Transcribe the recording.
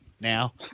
Now